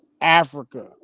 africa